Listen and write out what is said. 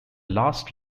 last